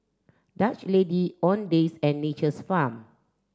Dutch Lady Owndays and Nature's Farm